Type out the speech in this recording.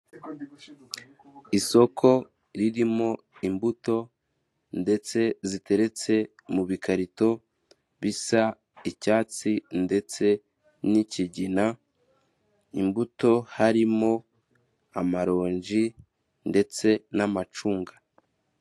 Isoko ririmo imbuto ndetse ziteretse mu bikarito bisa icyatsi ndetse n'ikigina, imbuto harimo amaronji ndetse n'amacunga.